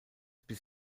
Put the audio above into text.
bis